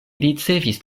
ricevis